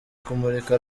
kumurika